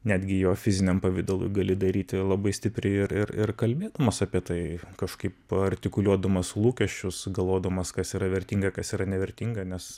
netgi jo fiziniam pavidalui gali daryti labai stipriai ir ir ir kalbėdamas apie tai kažkaip artikuliuodamas lūkesčius galvodamas kas yra vertinga kas yra nevertinga nes